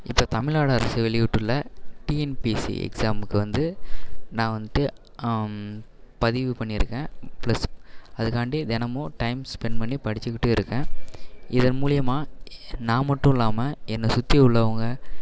இப்போது தமிழ்நாடு அரசு வெளியிட்டு உள்ள டிஎன்பிஎஸ்சி எக்ஸாமுக்கு வந்து நான் வந்துட்டு பதிவு பண்ணியிருக்கேன் பிளஸ் அதுக்காண்டி தினமும் டைம் ஸ்பென்ட் பண்ணி படிச்சுகிட்டும் இருக்கேன் இதன் மூலிமா நான் மட்டும் இல்லாமல் என்னை சுற்றி உள்ளவங்கள்